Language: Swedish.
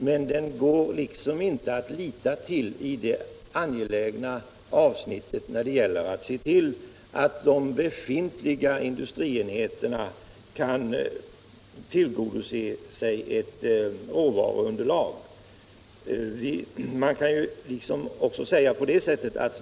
Men man kan liksom inte lita till den när det gäller att se till att de befintliga industrienheterna kan förse sig med råvaruunderlag, och det är ett mycket angeläget avsnitt.